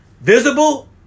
visible